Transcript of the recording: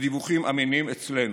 ודיווחים אמינים אצלנו.